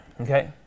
Okay